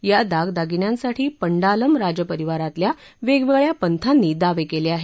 या दागदागिन्यांसाठी पंडालम राज परिवारातल्या वेगवेगळ्या पंथांनी दावे केले आहेत